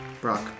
Brock